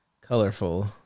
colorful